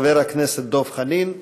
חבר הכנסת דב חנין.